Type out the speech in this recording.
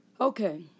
Okay